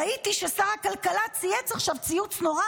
ראיתי ששר הכלכלה צייץ עכשיו ציוץ נורא